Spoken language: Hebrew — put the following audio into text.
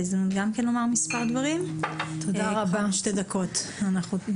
שתי דקות לרשותך.